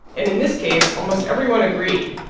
and in this case, almost everyone agreed.